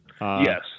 Yes